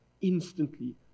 instantly